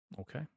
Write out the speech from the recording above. Okay